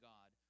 God